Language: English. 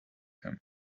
him